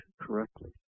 correctly